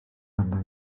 arna